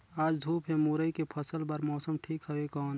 आज धूप हे मुरई के फसल बार मौसम ठीक हवय कौन?